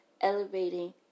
elevating